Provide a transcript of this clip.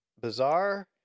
bizarre